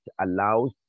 allows